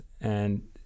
and-